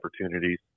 opportunities